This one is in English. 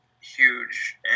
huge